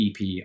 EP